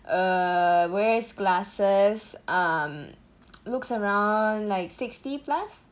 uh wears glasses um looks around like sixty plus